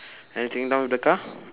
anything down with the car